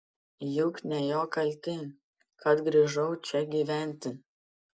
juk ne jo kaltė kad grįžau čia gyventi